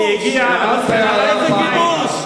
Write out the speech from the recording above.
הערת הערה פעם אחת.